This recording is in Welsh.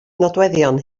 nodweddion